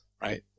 right